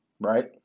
Right